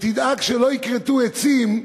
שתדאג שלא יכרתו עצים,